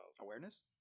Awareness